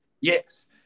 Yes